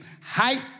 Height